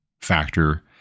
factor